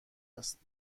است